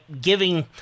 giving